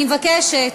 אני מבקשת.